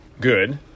good